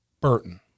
Burton